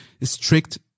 strict